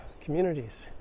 communities